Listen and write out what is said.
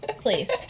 please